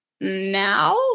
now